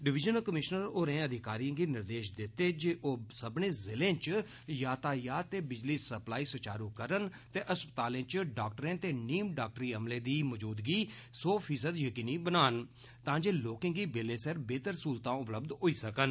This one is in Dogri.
डिवीजनल कमीशनर होरें अधिकारिएं गी निर्देश दित्ते जे ओ सब्बने जिलें च यातायात ते बिजली सप्लाई सुचारू करन ते अस्पतालें च डाक्टरें ते नीम डाक्टरी अमले दी मजूदगी सौ फीसद जकीनी बनान तां जे लोकें गी बेल्ले सिर बेह्तर सहूलतां उपलब्ध होई सकन